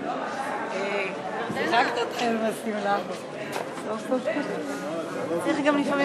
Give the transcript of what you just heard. להזמין את חברת הכנסת ציפי לבני,